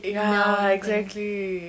ya exactly